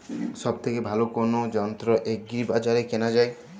সব থেকে ভালো কোনো যন্ত্র এগ্রি বাজারে কেনা যায়?